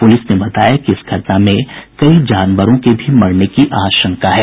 police ने बताया कि इस घटना में कई जानवरों के भी मरने की आशंका है